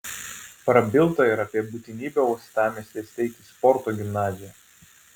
prabilta ir apie būtinybę uostamiestyje steigti sporto gimnaziją